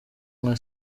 nka